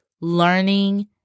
learning